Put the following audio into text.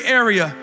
area